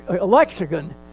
lexicon